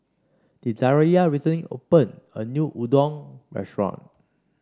Desirae recently opened a new Udon Restaurant